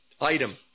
item